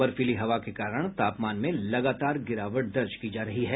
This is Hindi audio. बर्फीली हवा के कारण तापमान में लगातार गिरावट दर्ज की जा रही है